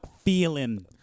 feeling